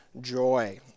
joy